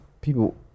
people